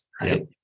right